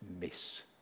miss